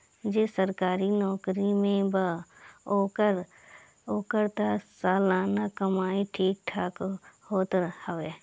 जे सरकारी नोकरी में बा ओकर तअ सलाना कमाई ठीक ठाक रहत हवे